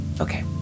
Okay